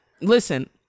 listen